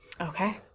Okay